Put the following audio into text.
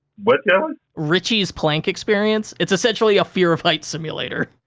what's that one? richie's plank experience, it's essentially a fear of heights simulator.